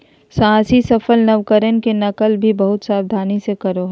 साहसी सफल नवकरण के नकल भी बहुत सावधानी से करो हइ